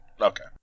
Okay